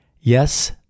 Yes